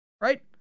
right